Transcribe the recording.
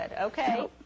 Okay